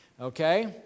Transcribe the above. Okay